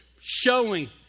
showing